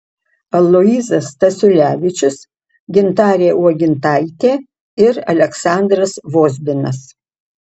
aloyzas stasiulevičius gintarė uogintaitė ir aleksandras vozbinas